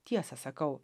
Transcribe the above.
tiesą sakau